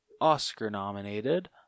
Oscar-nominated